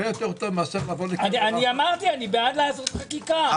אני בעד לעשות חקיקה.